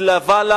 התלוותה לה